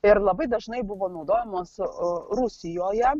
ir labai dažnai buvo naudojamos rusijoje